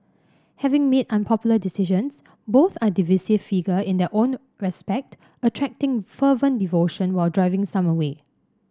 having made unpopular decisions both are divisive figure in their own respect attracting fervent devotion while driving some away